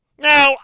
No